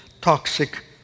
toxic